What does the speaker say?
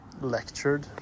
Lectured